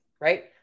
right